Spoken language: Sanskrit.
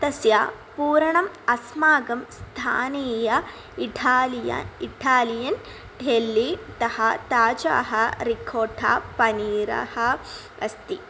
तस्य पूरणम् अस्माकं स्थानीयम् इठालिय इठालियन् ठेल्ली तः ताजाः रिकोठा पनीरः अस्ति